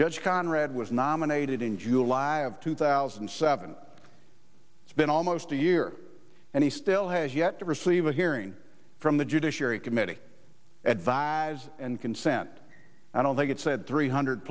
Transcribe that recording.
judge conrad was nominated in july of two thousand and seven it's been almost a year and he still has yet to receive a hearing from the judiciary committee advise and consent i don't think it said three hundred